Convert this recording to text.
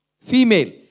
Female